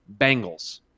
Bengals